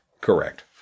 correct